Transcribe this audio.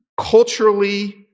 Culturally